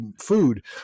food